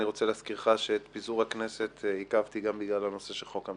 אני רוצה להזכירך שאת פיזור הכנסת עיכבתי גם בגלל הנושא של חוק המתמחים.